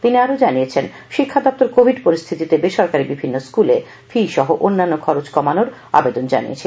তিনি জানান শিক্ষাদপ্তর কোভিড পরিস্থিতিতে বেসরকারী বিভিন্ন স্কুলে ফি সহ অন্যান্য খরচ কমানোর জন্য আহবান জানিয়েছিল